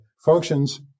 functions